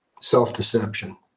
Self-Deception